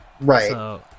Right